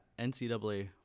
NCAA